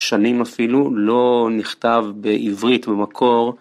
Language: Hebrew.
שנים אפילו לא נכתב בעברית במקור.